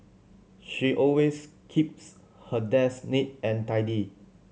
she always keeps her desk neat and tidy